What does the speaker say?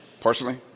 Personally